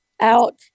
out